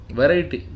variety